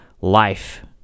life